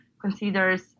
considers